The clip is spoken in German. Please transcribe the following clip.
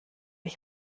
ich